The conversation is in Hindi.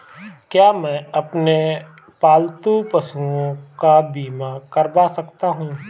क्या मैं अपने पालतू पशुओं का बीमा करवा सकता हूं?